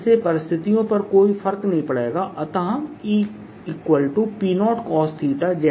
इससे परिस्थितियों पर कोई फर्क नहीं पड़ेगा अतः EP0 cos z